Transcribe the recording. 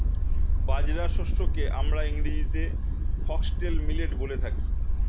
বাজরা শস্যকে আমরা ইংরেজিতে ফক্সটেল মিলেট বলে থাকি